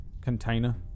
container